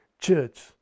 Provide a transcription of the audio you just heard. church